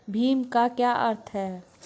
भीम का क्या अर्थ है?